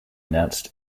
announced